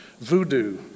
voodoo